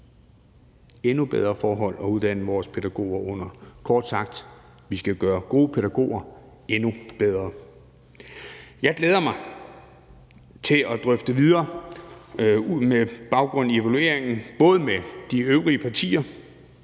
endnu bedre forhold at uddanne vores pædagoger under. Kort sagt skal vi gøre gode pædagoger endnu bedre. Jeg glæder mig til at drøfte det videre på baggrund af evalueringen, både med de øvrige partier